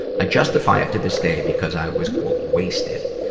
i justify it to this day because i was wasted.